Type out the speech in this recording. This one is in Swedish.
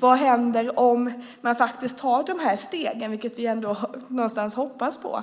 Vad händer om de faktiskt tar dessa steg, vilket vi trots allt hoppas på?